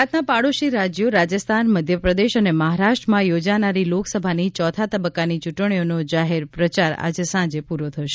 ગુજરાતના પાડોશી રાજ્યો રાજસ્થાન મધ્યપ્રદેશ અને મહારાષ્ટ્રમાં યોજાનારી લોકસભાની ચોથા તબક્કાની ચૂંટણીઓનો જાહેર પ્રચાર આજે સાંજે પૂરો થશે